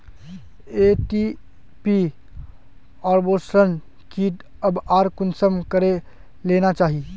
MTP abortion kit कब आर कुंसम करे लेना चही?